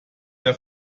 der